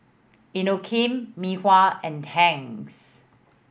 Inokim Mei Hua and Tangs